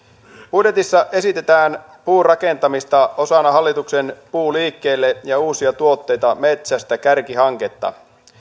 budjetissa esitetään puurakentamista osana hallituksen puu liikkeelle ja uusia tuotteita metsästä kärkihanketta